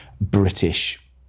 British